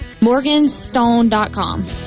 Morganstone.com